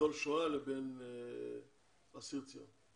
ניצול שואה לבין אסיר ציון?